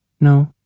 No